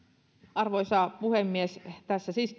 arvoisa puhemies tässä siis